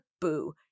boo